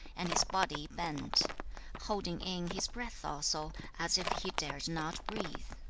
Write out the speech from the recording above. and his body bent holding in his breath also, as if he dared not breathe.